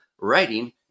writing